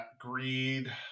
Greed